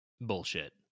Bullshit